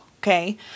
Okay